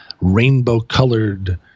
rainbow-colored